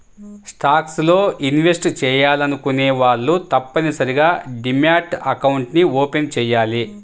stocks లో invest చెయ్యాలనుకునే వాళ్ళు తప్పనిసరిగా డీమ్యాట్ అకౌంట్ని ఓపెన్ చెయ్యాలి